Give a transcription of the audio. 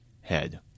head